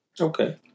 Okay